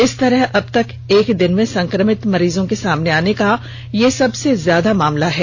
इस तरह अबतक एक दिन में संक्रमित मरीजों के सामने आने का यह सबसे ज्यादा मामला है